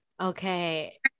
Okay